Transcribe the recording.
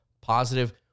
positive